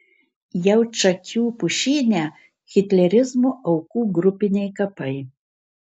jaučakių pušyne hitlerizmo aukų grupiniai kapai